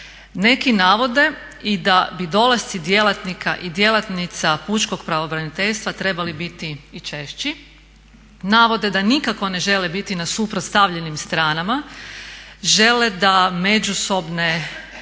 Neki navode i da bi dolasci djelatnika i djelatnika pučkog pravobraniteljstva trebali biti i češći, navode da nikako ne žele biti na suprotstavljenim stranama, žele da međusobno